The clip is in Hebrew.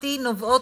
להערכתי נובעות,